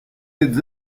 êtes